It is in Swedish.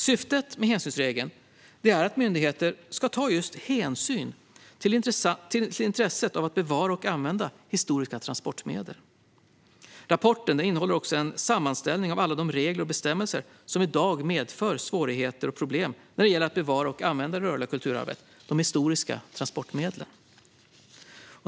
Syftet med hänsynsregeln är att myndigheter ska ta just hänsyn till intresset av att bevara och använda historiska transportmedel. Rapporten innehåller också en sammanställning av alla de regler och bestämmelser som i dag medför svårigheter och problem när det gäller att bevara och använda det rörliga kulturarvet, de historiska transportmedlen.